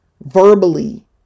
verbally